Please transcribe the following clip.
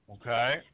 Okay